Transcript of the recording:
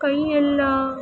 ಕೈಯೆಲ್ಲ